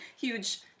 huge